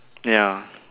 ya